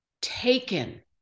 taken